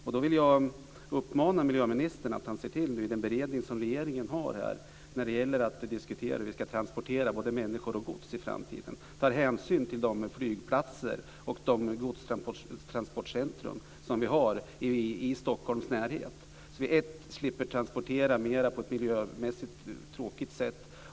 Jag vill uppmana miljöministern att vid regeringens beredning av frågor som gäller transporter av både människor och gods i framtiden ta hänsyn till de flygplatser och de godstransportcentrum som vi har i Stockholms närhet, så att vi slipper transporter som sker på ett miljömässigt mer tråkigt sätt.